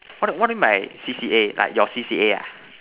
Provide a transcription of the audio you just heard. what do what do you mean by C_C_A like your C_C_A ah